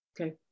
okay